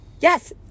Yes